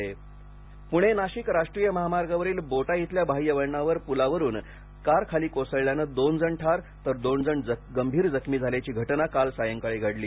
अपघात पुणे नाशिक राष्ट्रीय महामार्गावरील बोटा इथल्या बाह्यवळणावर पुलावरून कार खाली कोसळल्याने दोन जण ठार तर दोन जण गंभीर जखमी झाल्याची घटना काल सायंकाळी घडली